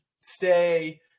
stay